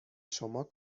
شما